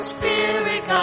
Spirit